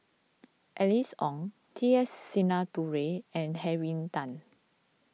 Alice Ong T S Sinnathuray and Henry Tan